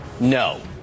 no